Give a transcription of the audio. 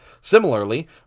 Similarly